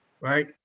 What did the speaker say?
right